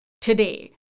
today